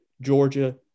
Georgia